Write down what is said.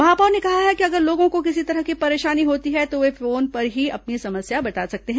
महापौर ने कहा कि अगर लोगों को किसी तरह की परेशानी होती है तो वे फोन पर ही अपनी समस्या बता सकते हैं